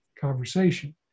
conversation